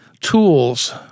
tools